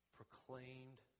proclaimed